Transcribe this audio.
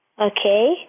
Okay